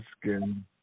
skin